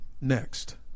Next